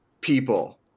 people